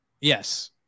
Yes